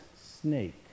snake